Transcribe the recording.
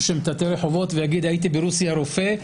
שמטאטא רחובות ויגיד: הייתי ברוסיה רופא,